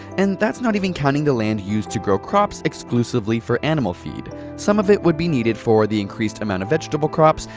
and that's not even counting the land used to grow crops exclusively for animal feed. some of it would be needed for the increased amount of vegetable crops,